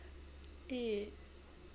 eh